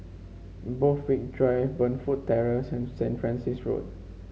Borthwick Drive Burnfoot Terrace and Saint Francis Road